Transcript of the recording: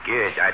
Good